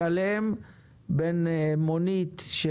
הכי חשוב לי שתקטינו את הוויכוחים בין המשרדים ואת ההסתייגויות.